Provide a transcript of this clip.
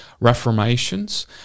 reformations